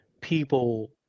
people